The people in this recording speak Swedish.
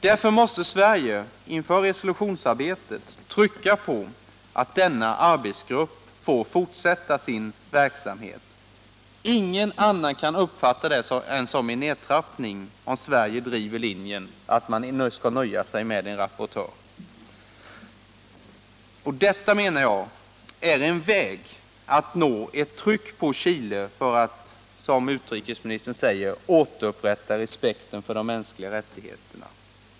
Därför måste Sverige inför resolutionsarbetet trycka på att denna arbetsgrupp får fortsätta sin verksamhet. Ingen kan uppfatta det som annat än en nedtrappning om Sverige driver linjen att vi nöjer oss med en rapportör. Här menar jag att det finns en väg att nå ett tryck på Chile för att, som utrikesministern säger, återupprätta respekten för de mänskliga rättigheterna.